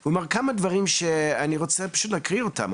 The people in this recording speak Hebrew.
והוא בחוות הדעת שלו כתב כמה דברים שאני רוצה פשוט להקריא אותם,